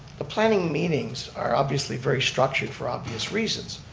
the planning meetings are obviously very structured for obvious reasons.